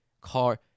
car